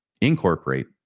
incorporate